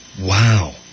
Wow